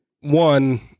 one